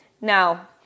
now